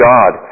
God